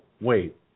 wait